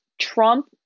Trump